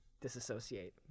disassociate